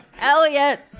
Elliot